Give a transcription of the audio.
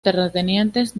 terratenientes